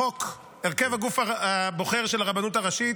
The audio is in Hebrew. הרכב הגוף הבוחר של הרבנות הראשית,